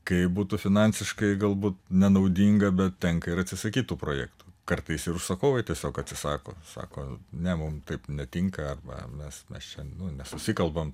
kaip būtų finansiškai galbūt nenaudinga bet tenka ir atsisakyt tų projektų kartais užsakovai tiesiog atsisako sako ne mum taip netinka arba mes mes čia nesusikalbam